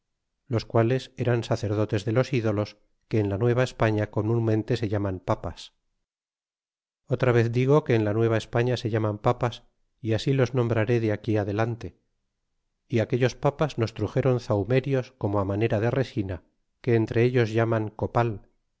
los quales eran sacerdotes de los ídolos que en la nueva españa comunmente se llaman papas otra vez digo que en la nueva españa se llaman papas y así los nombraré de aquí adelante y aquellos papas nos truxéron zahumerios como manera de resina que entre ellos llaman